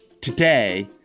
Today